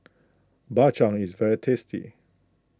Bak Chang is very tasty